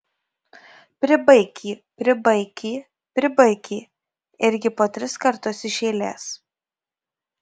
pribaik jį pribaik jį pribaik jį irgi po tris kartus iš eilės